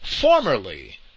formerly